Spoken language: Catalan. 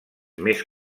més